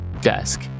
desk